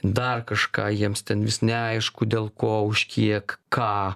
dar kažką jiems ten vis neaišku dėl ko už kiek ką